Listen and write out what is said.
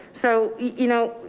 so, you know,